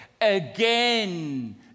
again